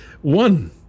One